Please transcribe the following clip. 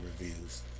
reviews